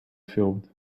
field